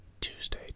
Tuesday